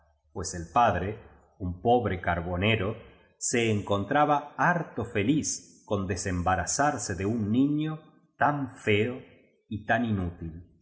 pues el padre un pobre carbonero se encontraba harto feliz con desembarazarse de un niño tan feo y tan inútil